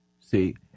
See